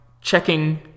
checking